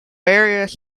various